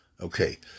Okay